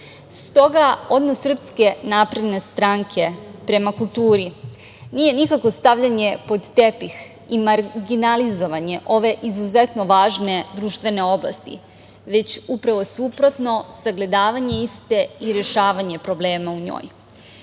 toga, odnos Srpske napredne stranke prema kulturi nije nikako stavljanje pod tepih i marginalizovanje ove izuzetno važne društvene oblasti, već upravo suprotno, sagledavanje iste i rešavanje problema u njoj. To